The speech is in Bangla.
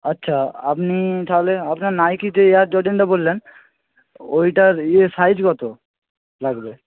আচ্ছা আপনি তাহলে আপনার নাইকিতে এয়ার জর্ডেনটা বললেন ওইটার ইয়ে সাইজ কত লাগবে